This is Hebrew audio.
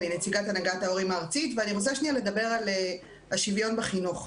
אני נציגת הנהגת ההורים הארצית ואני רוצה שנייה לדבר על השוויון בחינוך.